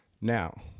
Now